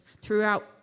throughout